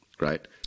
Right